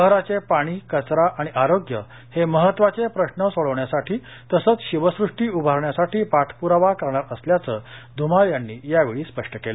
शहराचे पाणी कचरा आणि आरोग्य हे महत्त्वाचे प्रश्न सोडवण्यासाठी तसेच शिवसृष्टी उभारण्यासाठी पाठपुरावा करणार असल्याचे धुमाळ यांनी यावेळी स्पष्ट केलं